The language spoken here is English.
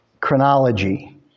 chronology